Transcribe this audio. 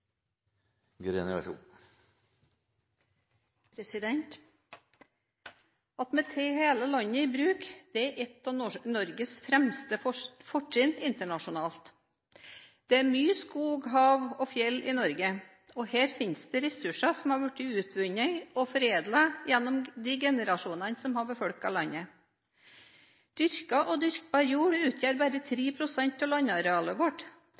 et av Norges fremste fortrinn internasjonalt. Det er mye skog, hav og fjell i Norge. Her finnes det ressurser som har blitt utvunnet og foredlet av de generasjonene som har befolket landet. Dyrket og dyrkbar jord utgjør bare 3 pst. av landarealet vårt.